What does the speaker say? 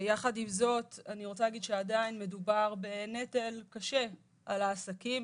יחד עם זאת אני רוצה להגיד שעדיין מדובר בנטל קשה על העסקים,